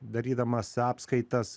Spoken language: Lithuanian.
darydamas apskaitąs